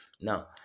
Now